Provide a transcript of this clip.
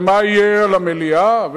ומה יהיה על המליאה?